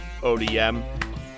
ODM